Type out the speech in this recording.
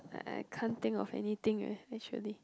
I I can't think of anything eh actually